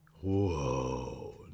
Whoa